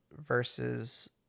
versus